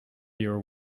your